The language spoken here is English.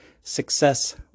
success